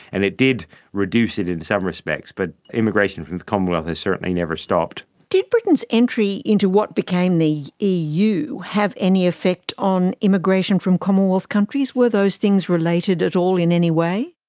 and it did reduce it in some respects, but immigration from the commonwealth has certainly never stopped. did britain's entry into what became the eu have any effect on immigration from commonwealth countries? were those things related at all in any way?